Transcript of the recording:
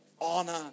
honor